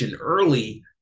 early